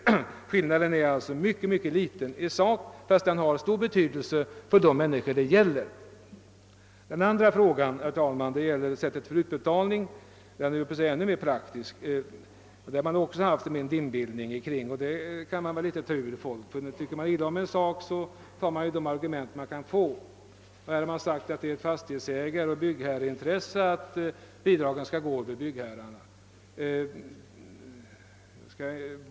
Denna skillnad är alltså mycket liten, fastän den har stor betydelse för de människor som berörs. Den andra frågan, herr talman, rör sättet för utbetalning. Det är alltså en mera praktisk fråga, men även kring den har det förekommit en viss dimbildning. Dessa uppfattningar kan man kanske inte så lätt ta ur folk — tycker man illa om en sak tar man ju till de argument som man kan få. Här har man sagt att det är ett fastighetsägareoch ett byggherreintresse att bidragen skall gå över byggherrarna.